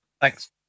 Thanks